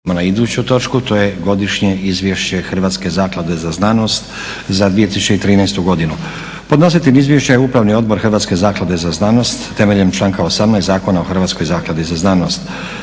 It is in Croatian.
na iduću točku, to je –- Godišnje izvješće Hrvatske zaklade za znanost za 2013. godinu; Podnositelj izvješća je Upravni odbor Hrvatske zaklade za znanost temeljem članka 18. Zakona o Hrvatskoj zakladi za znanost.